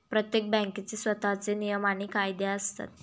प्रत्येक बँकेचे स्वतःचे नियम आणि कायदे असतात